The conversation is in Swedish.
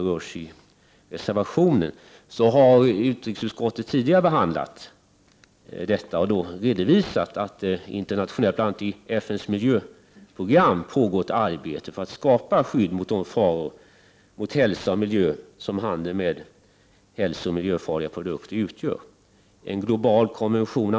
Utrikesutskottet har tidigare behandlat denna fråga och redovisade då att det bl.a. inom FN:s miljöprogram pågår ett arbete för att skapa skydd mot de faror mot hälsa och miljö som handel med hälsooch miljöfarliga produkter ger upphov till.